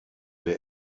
der